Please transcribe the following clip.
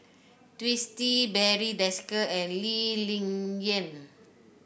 Twisstii Barry Desker and Lee Ling Yen